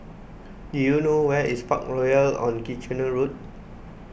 do you know where is Parkroyal on Kitchener Road